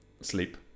Sleep